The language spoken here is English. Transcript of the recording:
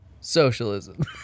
socialism